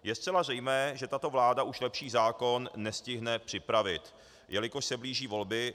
Je zcela zřejmé, že tato vláda už lepší zákon nestihne připravit, jelikož se blíží volby.